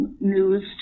news